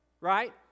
right